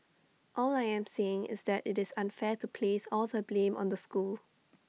all I am saying is that IT is unfair to place all the blame on the school